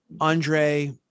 Andre